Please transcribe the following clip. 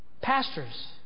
Pastors